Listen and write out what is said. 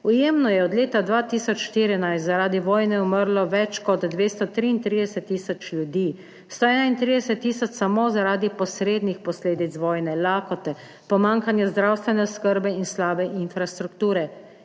Jemnu je od leta 2014 zaradi vojne umrlo več kot 233 tisoč ljudi, 131 tisoč samo zaradi posrednih posledic vojne - lakote, pomanjkanja zdravstvene oskrbe in slabe infrastrukture.